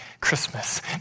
Christmas